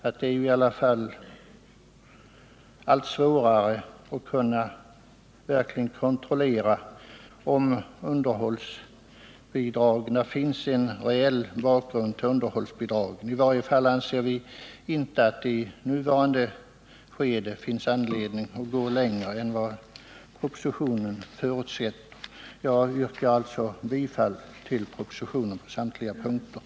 Det blir allt svårare att verkligen kunna kontrollera om underhållsbidraget har en reell bakgrund. I varje fall anser vi att det i nuvarande skede inte finns anledning att gå längre än propositionen gör. Herr talman! Jag yrkar bifall till utskottets hemställan på samtliga Nr 52